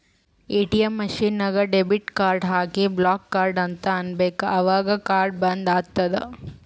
ATM machine ನಾಗ್ debit card ಹಾಕಿ block card ಅಂತ್ ಅನ್ಬೇಕ ಅವಗ್ ಕಾರ್ಡ ಬಂದ್ ಆತ್ತುದ್